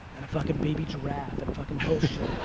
and a fucking baby giraffe and fucking bullshit.